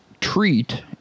treat